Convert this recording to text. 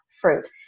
fruit